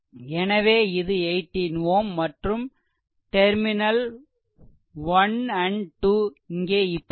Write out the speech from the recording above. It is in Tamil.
எனவே இது 18 Ω மற்றும் டெர்மினல் 1 2 இங்கே இப்படி வரும்